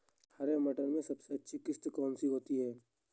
हरे मटर में सबसे अच्छी किश्त कौन सी होती है?